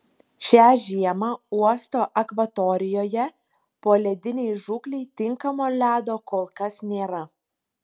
šią žiemą uosto akvatorijoje poledinei žūklei tinkamo ledo kol kas nėra